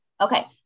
okay